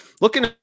looking